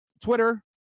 Twitter